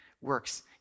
works